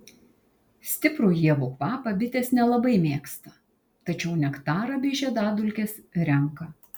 stiprų ievų kvapą bitės nelabai mėgsta tačiau nektarą bei žiedadulkes renka